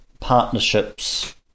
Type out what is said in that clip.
partnerships